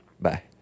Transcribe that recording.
Bye